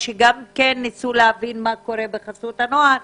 שגם כן ניסו להבין מה קורה בחסות הנוער,